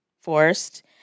forced